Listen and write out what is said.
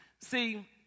See